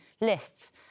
lists